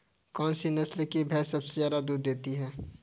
कौन सी नस्ल की भैंस सबसे ज्यादा दूध देती है?